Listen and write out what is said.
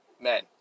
men